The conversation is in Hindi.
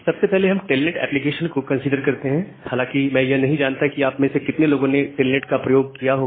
सबसे पहले हम टेलनेट एप्लीकेशन को कंसीडर करते हैं हालांकि यह मैं नहीं जानता कि आप में से कितने लोगों ने टेलनेट का प्रयोग किया होगा